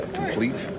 complete